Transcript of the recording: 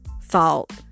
fault